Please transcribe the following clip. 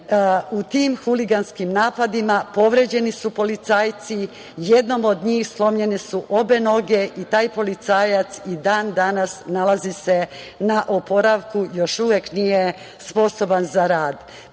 U tim huliganskim napadima povređeni su policajci. Jednom od njih slomljene su obe noge i taj policajac i dan danas se nalazi na oporavku, još uvek nije sposoban za